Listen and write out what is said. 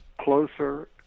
closer